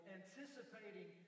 anticipating